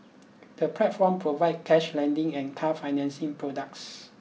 the platform provides cash lending and car financing products